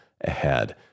ahead